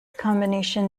combination